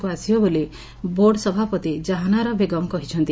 କୁ ଆସିବ ବୋଲି ବୋର୍ଡ୍ ସଭାପତି କାହାନ୍ ଆରା ବେଗମ୍ କହିଛନ୍ତି